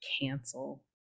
cancel